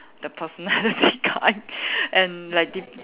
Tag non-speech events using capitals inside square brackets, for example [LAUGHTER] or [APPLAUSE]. the personality [LAUGHS] kind and like dep~